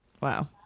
Wow